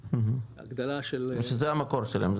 הגדלה של --- שזה המקור שלהם.